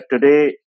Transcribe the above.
today